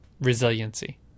resiliency